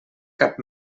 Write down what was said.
cap